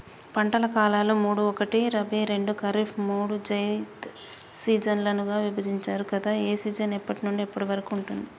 పంటల కాలాలు మూడు ఒకటి రబీ రెండు ఖరీఫ్ మూడు జైద్ సీజన్లుగా విభజించారు కదా ఏ సీజన్ ఎప్పటి నుండి ఎప్పటి వరకు ఉంటుంది?